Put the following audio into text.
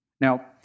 Now